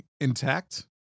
intact